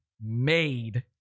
made